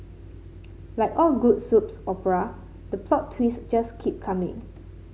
like all good soups opera the plot twist just keep coming